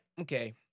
okay